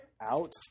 out